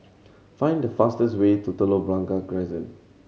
find the fastest way to Telok Blangah Crescent